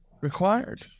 required